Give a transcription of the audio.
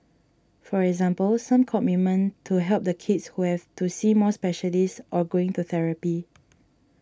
for example some commitment to help the kids who have to see more specialists or going to therapy